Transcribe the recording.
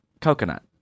Coconut